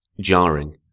jarring